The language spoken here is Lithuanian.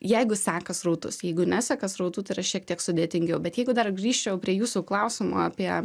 jeigu seka srautus jeigu neseka srautų tai yra šiek tiek sudėtingiau bet jeigu dar grįžčiau prie jūsų klausimo apie